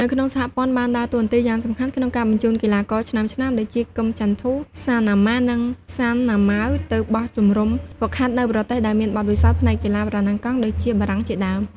នៅក្នុងសហព័ន្ធបានដើរតួនាទីយ៉ាងសំខាន់ក្នុងការបញ្ជូនកីឡាករឆ្នើមៗដូចជា គឹម ចាន់ធូ, សាន ណាម៉ា, និង សាន ណាម៉ាវ ទៅបោះជំរំហ្វឹកហាត់នៅប្រទេសដែលមានបទពិសោធន៍ផ្នែកកីឡាប្រណាំងកង់ដូចជា បារាំងជាដើម។